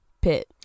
pit